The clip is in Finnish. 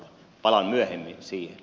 palaan myöhemmin siihen